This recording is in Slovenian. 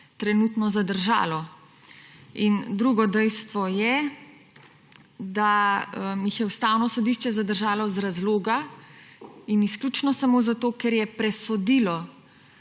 trenutno zadržalo. Drugo dejstvo je, da jih je Ustavno sodišče zadržalo iz razloga, in izključno samo zato, ker je presodilo,